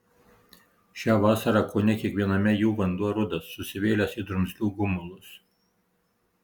šią vasarą kone kiekviename jų vanduo rudas susivėlęs į drumzlių gumulus